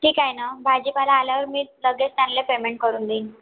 ठीक आहे ना भाजीपाला आल्यावर मी लगेच त्यांना पेमेंट करून देईन